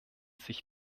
sich